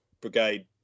Brigade